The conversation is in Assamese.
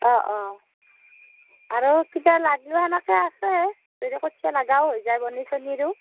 অঁ অঁ আৰু কিবা লাগিলেও তেনেকে আছে যদি কঠিয়া লগাও হৈ যাই বনি চনিৰো